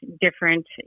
different